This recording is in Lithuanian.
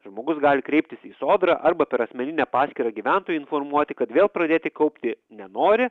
žmogus gali kreiptis į sodrą arba per asmeninę paskyrą gyventojui informuoti kad vėl pradėti kaupti nenori